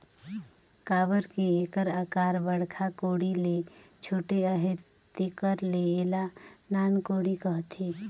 काबर कि एकर अकार बड़खा कोड़ी ले छोटे अहे तेकर ले एला नान कोड़ी कहथे